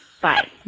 Bye